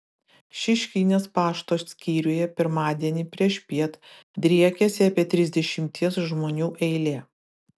šeškinės pašto skyriuje pirmadienį priešpiet driekėsi apie trisdešimties žmonių eilė